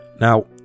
Now